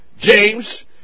James